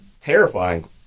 terrifying